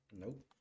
Nope